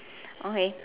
okay